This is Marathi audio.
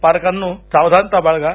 पालकांनो सावधानता बाळगा